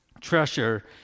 treasure